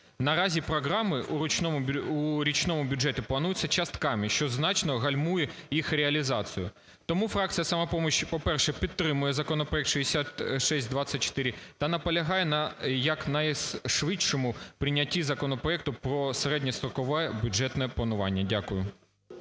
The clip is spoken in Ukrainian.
Наразі програми у річному бюджеті плануються частками, що значно гальмує їх реалізацію. Тому фракція "Самопоміч", по-перше, підтримує законопроект 6624 та наполягає на якнайшвидшому прийнятті законопроекту про середньострокове бюджетне планування. Дякую.